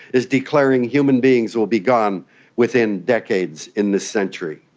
is declaring human beings will be gone within decades in this century.